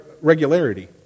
regularity